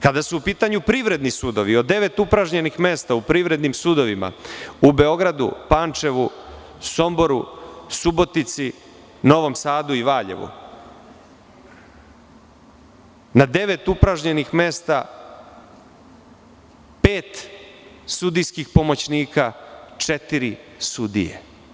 Kada su u pitanju privredni sudovi, od devet upražnjenih mesta u privrednim sudovima u Beogradu, Pančevu, Somboru, Subotici, Novom Sadu i Valjevu, na devet upražnjenih mesta pet sudijskih pomoćnika, četiri sudije.